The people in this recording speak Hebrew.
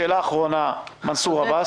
שאלה אחרונה של מנסור עבאס.